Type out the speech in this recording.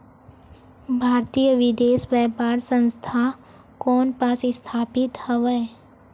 भारतीय विदेश व्यापार संस्था कोन पास स्थापित हवएं?